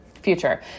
future